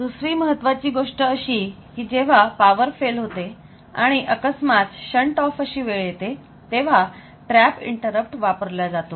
दुसरी महत्वाची गोष्ट अशी की जेव्हा पावर फेल होते आणि अकस्मात शंट ऑफ अशी वेळ येते तेव्हा ट्रॅप इंटरप्ट वापरल्या जातो